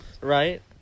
right